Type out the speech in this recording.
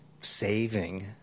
saving